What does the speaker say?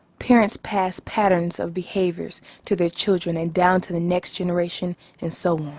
parents pass patterns of behaviors to their children and down to the next generation and so